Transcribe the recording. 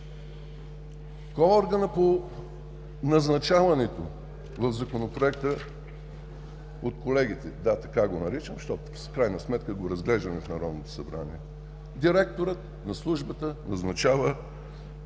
Кой е органът по назначаването в Законопроекта от колегите? Да, така го наричам, защото в крайна сметка го разглеждаме в Народното събрание. Директорът на службата назначава